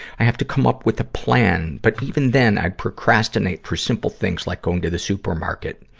i have to come up with a plan, but even then, i procrastinate for simple things like going to the supermarket.